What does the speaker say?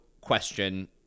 question